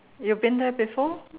you've been there before